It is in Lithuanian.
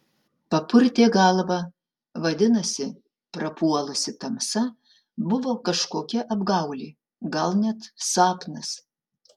papurtė galvą vadinasi prapuolusi tamsa buvo kažkokia apgaulė gal net sapnas